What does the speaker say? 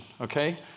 okay